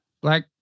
Black